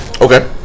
Okay